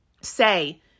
say